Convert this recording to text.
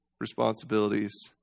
responsibilities